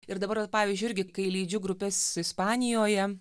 ir dabar vat pavyzdžiui irgi kai lydžiu grupes ispanijoje